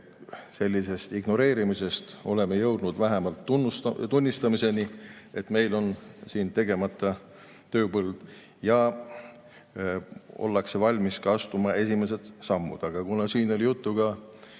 et ignoreerimisest oleme jõudnud vähemalt tunnistamiseni, et meil on siin tegemata tööpõld, ja ollakse valmis astuma esimesed sammud. Aga kuna siin oli juttu